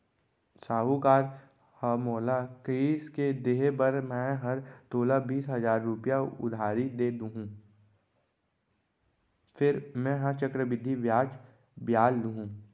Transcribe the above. साहूकार ह मोला कहिस के देहे बर मैं हर तोला बीस हजार रूपया उधारी दे देहॅूं फेर मेंहा चक्रबृद्धि बियाल लुहूं